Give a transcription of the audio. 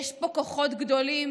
יש פה כוחות גדולים